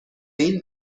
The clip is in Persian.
این